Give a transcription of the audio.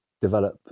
develop